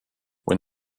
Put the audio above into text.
when